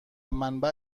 منبع